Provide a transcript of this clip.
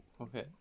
Okay